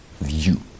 view